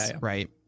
right